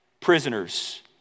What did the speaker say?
prisoners